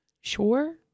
Sure